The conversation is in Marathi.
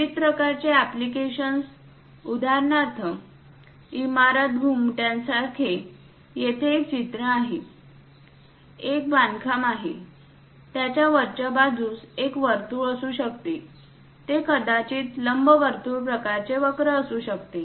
विविध प्रकारचे एप्लीकेशन्स उदाहरणार्थ इमारत घुमट्यासारखे येथे एक चित्र आहे एक बांधकाम आहे त्याच्या वरच्या बाजूस एक वर्तुळ असू शकते ते कदाचित लंबवर्तुळ प्रकारचे वक्र असू शकते